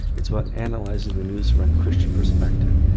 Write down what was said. it's about analyzing the news from a christian perspective.